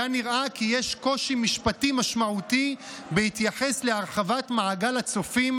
היה נראה כי יש קושי משפטי משמעותי בהתייחס להרחבת מעגל הצופים